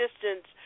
distance